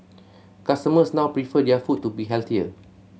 customers now prefer their food to be healthier